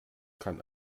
kann